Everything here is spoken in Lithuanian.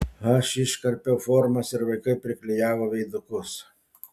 aš iškarpiau formas ir vaikai priklijavo veidukus